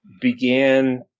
began